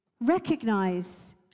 recognize